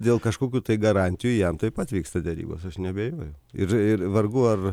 dėl kažkokių tai garantijų jam taip pat vyksta derybos aš neabejoju ir ir vargu ar